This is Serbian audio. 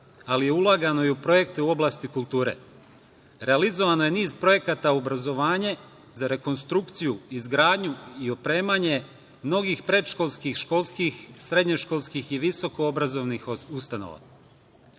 ali je ulagano i u projektu u oblasti kulture. Realizovan je niz projekata u obrazovanje za rekonstrukciju, izgradnju i opremanje mnogih predškolskih, školskih, srednjoškolskih i visoko obrazovanih ustanova. Opremane